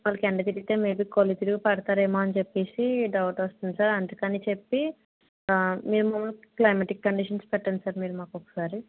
వాళ్ళకి ఎండ తగిలితే మే బీ కళ్ళు తిరిగి పెడతారేమో అని చెప్పేసి డౌటొస్తుంది సార్ అందుకని చెప్పి మేము క్లయిమాటిక్ కండిషన్స్ పెట్టండి సార్ మీరు మాకొకసారి